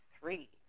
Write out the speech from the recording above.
three